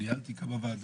ניהלתי כמה ועדות.